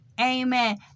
Amen